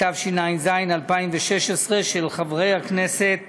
התשע"ז 2016, של חברי הכנסת